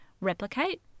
replicate